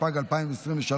התשפ"ג 2023,